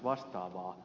vastaavaa